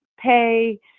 pay